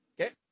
Okay